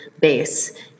base